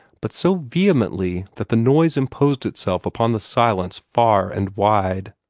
but so vehemently that the noise imposed itself upon the silence far and wide.